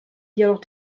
jedoch